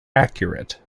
accurate